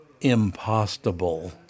impossible